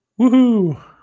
woohoo